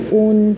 own